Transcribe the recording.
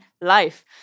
life